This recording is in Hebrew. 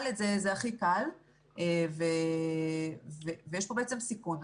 ד' זה הכי קל ויש פה בעצם סיכון.